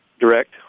direct